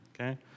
okay